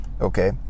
Okay